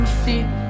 feet